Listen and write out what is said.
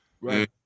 Right